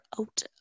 out